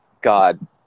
God